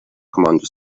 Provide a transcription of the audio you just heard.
commander